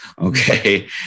Okay